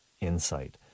insight